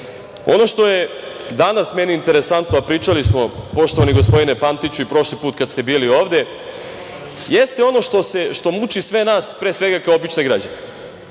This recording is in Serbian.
što je danas meni interesantno, a pričali smo, poštovani gospodine Pantiću, i prošli put kad ste bili ovde, jeste ono što muči sve nas pre svega kao obične građane.